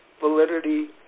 validity